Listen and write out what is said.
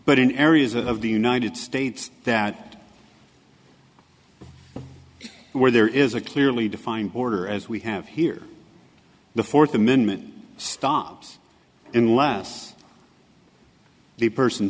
but in areas of the united states that where there is a clearly defined border as we have here the fourth amendment stops unless the person